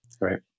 Right